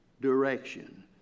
direction